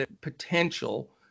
potential